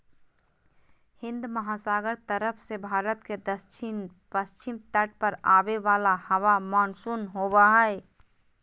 हिन्दमहासागर तरफ से भारत के दक्षिण पश्चिम तट पर आवे वाला हवा मानसून होबा हइ